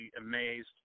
Amazed